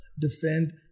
defend